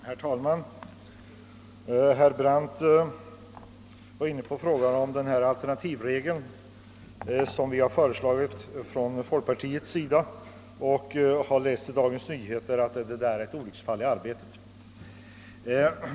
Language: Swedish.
Herr talman! Herr Brandt var inne på frågan om den alternativa regel som folkpartiet har föreslagit, och han har läst i Dagens Nyheter att detta är ett olycksfall i arbetet.